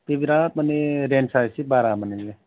बे बेराद मानि रेन्सा एसे बारा मोननैबो